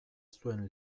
zuen